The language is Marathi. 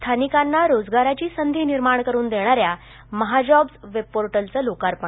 स्थानिकांना रोजगाराची संधी निर्माण करून देणाऱ्या महाजॉब्स वेबपोर्टलचं लोकार्पण